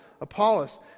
Apollos